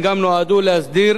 והן גם נועדו להסדיר